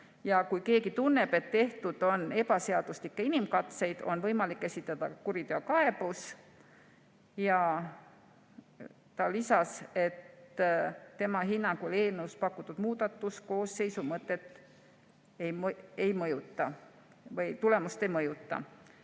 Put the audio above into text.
Kui keegi tunneb, et tehtud on ebaseaduslikke inimkatseid, siis on võimalik esitada kuriteokaebus. Ta lisas, et tema hinnangul eelnõus pakutud muudatus koosseisu mõtet või tulemust ei mõjuta.